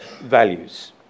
values